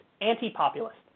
anti-populist